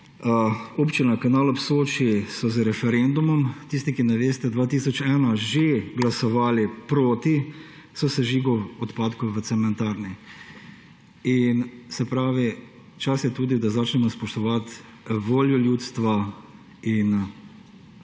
Občine Kanal ob Soči so z referendumom – tisti, ki ne veste – 2001 že glasovali proti sosežigov odpadkov v cementarni. Se pravi, čas je tudi, da začnemo spoštovati voljo ljudstva in